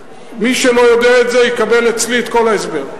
מי שלא יודע את זה יקבל אצלי את כל ההסבר.